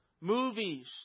movies